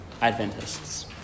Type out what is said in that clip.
Adventists